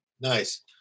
Nice